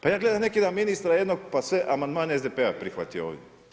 Pa ja gledam neki dan ministra jednog, pa sve amandmane SDP-a je prihvatio ovdje.